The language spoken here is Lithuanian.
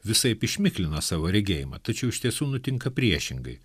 visaip išmiklina savo regėjimą tačiau iš tiesų nutinka priešingai